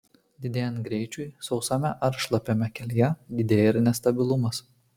didėjant greičiui sausame ar šlapiame kelyje didėja ir nestabilumas